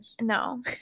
no